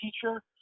teacher